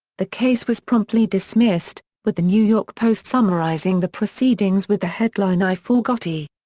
the case was promptly dismissed, with the new york post summarizing the proceedings with the headline i forgotti!